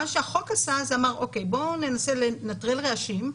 מה שהחוק עשה זה: בואו ננסה לנטרל רעשים,